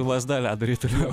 lazda ledo ritulio